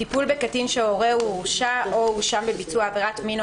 "טיפול בקטין שהורהו הורשע או הואשם בביצוע עבירת מין או